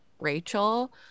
Rachel